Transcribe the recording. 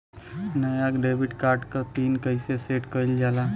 नया debit card क PIN कईसे सेट कईल जाला?